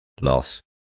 loss